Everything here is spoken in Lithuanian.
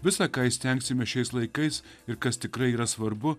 visa ką įstengsime šiais laikais ir kas tikrai yra svarbu